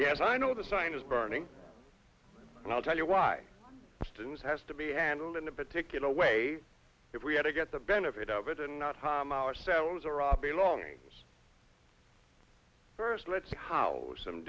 as i know the sign is burning and i'll tell you why students has to be handled in a particular way if we have to get the benefit of it and not harm ourselves or our belongings first let's see how some